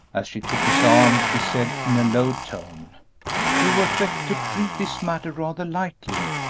as she took his arm she said, in a low tone you affect to treat this matter rather lightly,